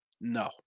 No